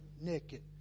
naked